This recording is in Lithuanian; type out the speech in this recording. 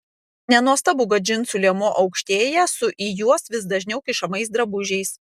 nenuostabu kad džinsų liemuo aukštėja su į juos vis dažniau kišamais drabužiais